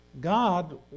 God